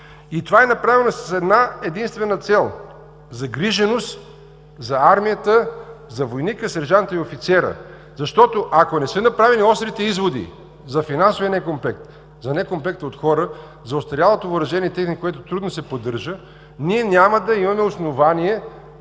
И това е направено с една единствена цел – загриженост за армията, за войника, сержанта и офицера, защото, ако не са направени острите изводи за финансовия некомплект, за некомплекта от хора, за остарялото въоръжение и техника, които трудно се поддържат, ние няма да имаме основание